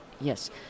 Yes